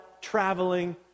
traveling